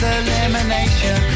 elimination